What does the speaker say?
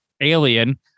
alien